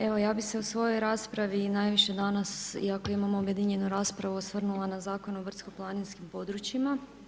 Evo, ja bi se u svojoj raspravi najviše danas, iako imamo objedinjenu raspravu osvrnula na Zakon o brdsko-planinskim područjima.